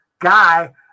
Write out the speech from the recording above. guy